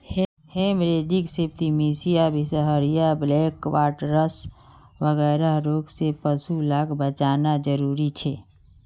haemorrhagic septicaemia, बीसहरिया, black quarters वगैरह रोगों से पशु लाक बचाना ज़रूरी छे